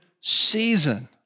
season